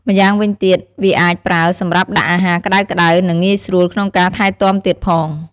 ម្យ៉ាងវិញទៀត វាអាចប្រើសម្រាប់ដាក់អាហារក្តៅៗ និងងាយស្រួលក្នុងការថែទាំទៀតផង។